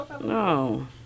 No